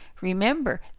Remember